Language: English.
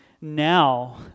now